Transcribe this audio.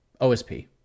OSP